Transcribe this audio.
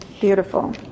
Beautiful